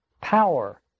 power